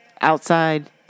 outside